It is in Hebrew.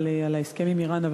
על ההסכם עם איראן,